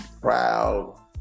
proud